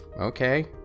Okay